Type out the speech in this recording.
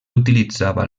utilitzava